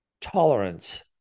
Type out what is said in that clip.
tolerance